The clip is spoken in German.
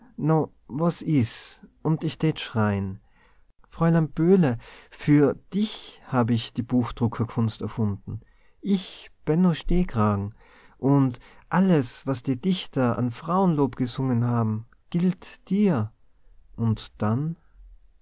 was is und ich tät schreien fräulein böhle für dich hab ich die buchdruckerkunst erfunden ich benno stehkragen und alles was die dichter an frauenlob gesungen haben gilt dir und dann